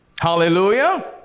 Hallelujah